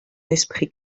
esprit